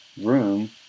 room